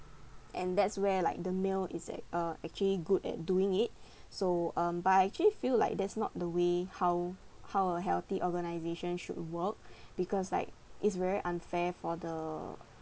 and that's where like the male is ac~ uh actually good at doing it so um but I actually feel like that's not the way how how a healthy organisation should work because like it's very unfair for the